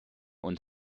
und